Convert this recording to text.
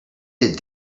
did